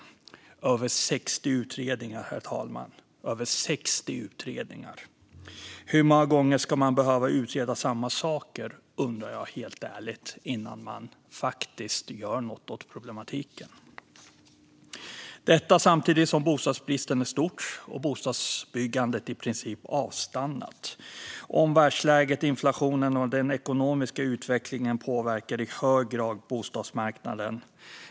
Det är över 60 utredningar, herr talman - över 60 utredningar! Hur många gånger ska man behöva utreda samma saker innan man faktiskt gör något åt problematiken? Det undrar jag helt ärligt. Samtidigt är bostadsbristen stor, och bostadsbyggandet har i princip avstannat. Världsläget, inflationen och den ekonomiska utvecklingen påverkar i hög grad bostadsmarknaden.